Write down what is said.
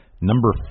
number